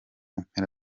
mpera